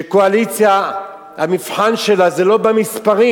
שקואליציה, המבחן שלה זה לא במספרים.